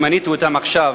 שמניתי אותם עכשיו,